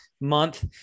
month